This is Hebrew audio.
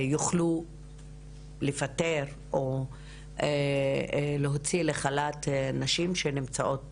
יוכלו לפטר או להוציא לחל"ת נשים שנמצאות